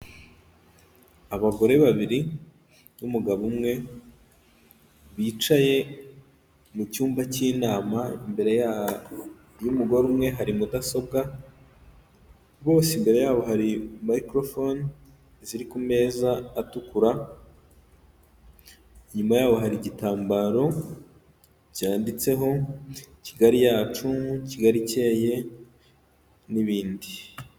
Abagore babiri n'umugabo umwe, bicaye mu cyumba cy'inama y'umugore umwe hari mudasobwa, bose imbere yabo hari mayikorofone, ziri ku meza atukura, inyuma yaho hari igitambaro cyanditseho Kigali yacu Kigali ikeye n'ibindi.